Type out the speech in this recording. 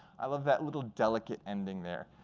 i love that little delicate ending there.